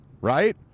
right